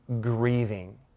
grieving